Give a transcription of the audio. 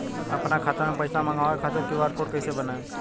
आपन खाता मे पईसा मँगवावे खातिर क्यू.आर कोड कईसे बनाएम?